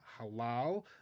Halal